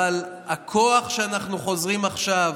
אבל הכוח שאנחנו חוזרים איתו עכשיו,